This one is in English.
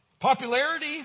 Popularity